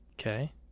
Okay